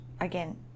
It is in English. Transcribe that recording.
Again